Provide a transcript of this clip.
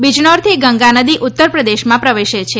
બીજનૌરથી ગંગા નદી ઉત્તરપ્રદેશમાં પ્રવેશે છે